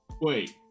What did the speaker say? wait